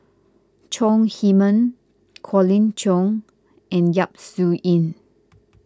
Chong Heman Colin Cheong and Yap Su Yin